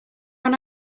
one